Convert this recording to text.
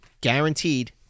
guaranteed